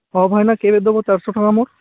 ହଁ ଭାଇନା କେବେ ଦେବ ଚାରିଶହ ଟଙ୍କା ମ